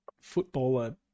footballer